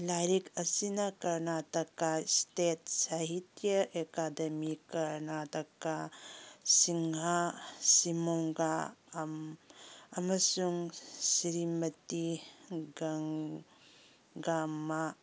ꯂꯥꯏꯔꯤꯛ ꯑꯁꯤꯅ Karnataka state Sahitya academy Karnataka ꯁꯤꯡꯍꯥ ꯁꯤꯃꯨꯡꯒꯥ ꯑꯃꯁꯨꯡ ꯁꯤꯔꯃꯇꯤ ꯒꯪꯒꯥꯃꯥ